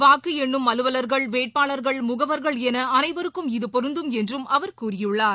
வாக்குஎண்ணும் அலுவர்கள் வேட்பாளர்கள் முகவர்கள் எனஅனைவருக்கும் இது பொருந்தும் என்றும் அவர் கூறியுள்ளார்